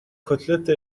کتلت